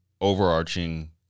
overarching